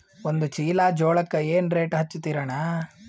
ಒಂದ ಚೀಲಾ ಜೋಳಕ್ಕ ಏನ ರೇಟ್ ಹಚ್ಚತೀರಿ ಅಣ್ಣಾ?